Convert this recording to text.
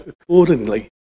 accordingly